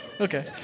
Okay